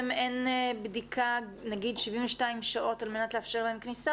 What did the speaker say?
אין בדיקה נגיד 72 שעות על מנת לאפשר להם כניסה